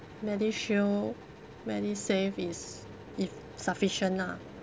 medishield medisave is if sufficient ah